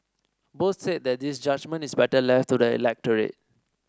both said that this judgement is better left to the electorate